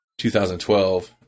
2012